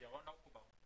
ירון לא מחובר.